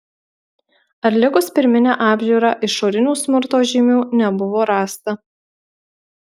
atlikus pirminę apžiūrą išorinių smurto žymių nebuvo rasta